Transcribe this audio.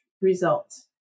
Results